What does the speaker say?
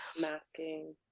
Masking